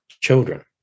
children